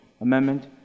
amendment